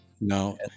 no